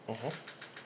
mmhmm